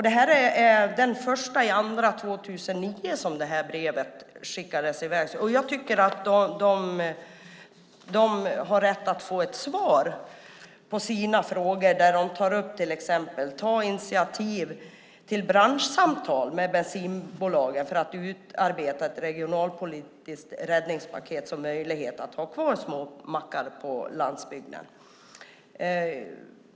Det här brevet skickades iväg den 1 februari 2009, och jag tycker att de har rätt att få ett svar på sina frågor där de till exempel tar upp initiativ till branschsamtal med bensinbolagen för att utarbeta ett regionalpolitiskt räddningspaket för möjligheten att ha kvar små mackar på landsbygden.